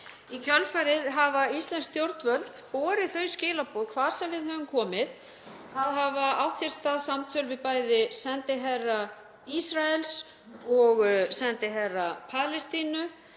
Í kjölfarið hafa íslensk stjórnvöld borið þau skilaboð hvar sem við höfum komið. Það að hafa átt sér stað samtöl við bæði sendiherra Ísraels og sendiherra Palestínu.